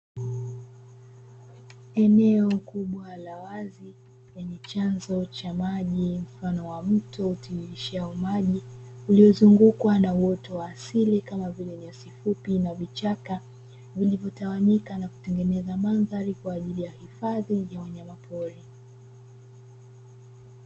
Eneo kubwa la wazi, lenye chanzo cha maji mfano wa mto utiririshao maji, uliozungukwa na uoto wa asili kama vile nyasi fupi na vichaka vilivyotawanyika na kutengeneza mandhari kwa ajili ya hifadhi ya wanyamapori.